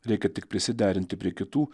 reikia tik prisiderinti prie kitų